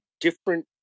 different